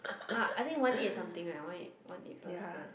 uh I think one eight something right one eight one eight plus per